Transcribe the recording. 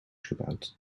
gebouwd